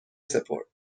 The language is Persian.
سپرد